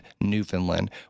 Newfoundland